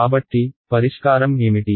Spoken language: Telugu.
కాబట్టి పరిష్కారం ఏమిటి